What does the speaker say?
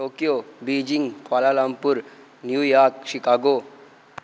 Tokyo Beijing Kuala Lumpur New York Chicago